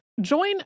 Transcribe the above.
Join